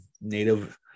native